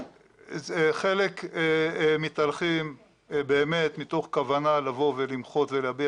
חלק מתהלכים באמת מתוך כוונה לבוא ולמחות ולהביע